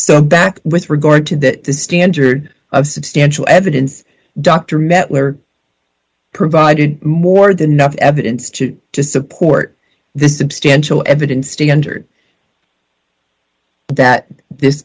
so back with regard to the standard of substantial evidence dr met were provided more than enough evidence to support this substantial evidence standard that this